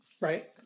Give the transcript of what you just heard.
Right